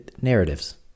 narratives